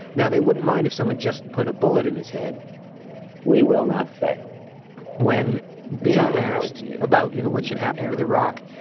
now, they wouldn't mind if someone just put a bullet in his head we will not fail when being asked about, you know, what should happen with iraq,